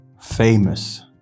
famous